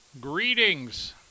Greetings